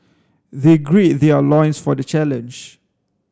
they gird their loins for the challenge